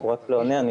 הוא רק לא עונה.